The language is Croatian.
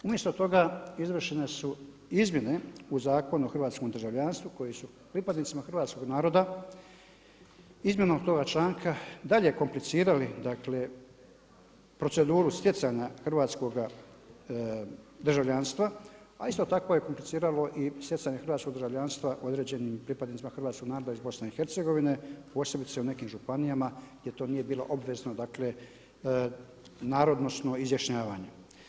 Umjesto toga izvršene su izmjene u Zakonu o hrvatskom državljanstvu koji su pripadnicima hrvatskoga narod izmjenom toga članka dalje komplicirali, dakle proceduru stjecanja hrvatskoga državljanstva a isto tako je kompliciralo i stjecanje hrvatskoga državljanstva u određenim pripadnicima hrvatskoga naroda iz Bosne i Hercegovine, posebice u nekim županijama jer to nije bilo obvezno, dakle narodosno izjašnjavanje.